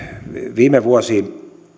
viime vuosi